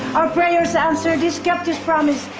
our prayers answered he's kept his promise.